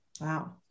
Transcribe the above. Wow